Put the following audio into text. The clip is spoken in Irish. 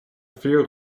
fíor